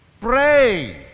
pray